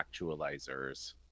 actualizers